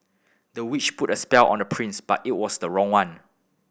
the witch put a spell on the prince but it was the wrong one